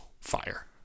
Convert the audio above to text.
fire